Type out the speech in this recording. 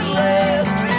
last